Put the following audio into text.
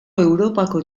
europako